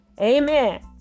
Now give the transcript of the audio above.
Amen